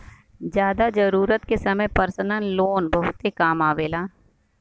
जादा जरूरत के समय परसनल लोन बहुते काम आवेला